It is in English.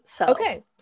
Okay